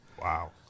Wow